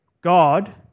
God